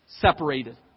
Separated